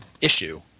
issue